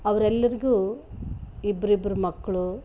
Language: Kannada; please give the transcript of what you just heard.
ಅವರೆಲ್ಲರ್ಗೂ ಇಬ್ರಿಬ್ರು ಮಕ್ಕಳು